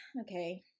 okay